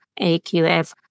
AQF